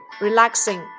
relaxing